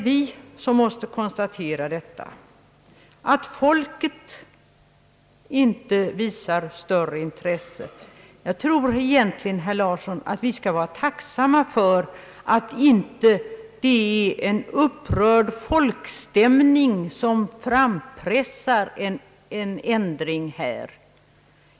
Vi bör då, herr Larsson, vara tacksamma för att det inte är en upprörd folkstämning som frampressar denna ändring.